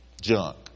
junk